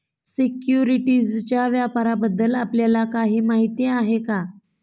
सिक्युरिटीजच्या व्यापाराबद्दल आपल्याला काही माहिती आहे का?